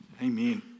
Amen